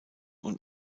und